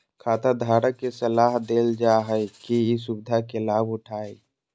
खाताधारक के सलाह देल जा हइ कि ई सुविधा के लाभ उठाय